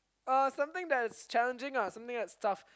uh something that is challenging lah something that is tough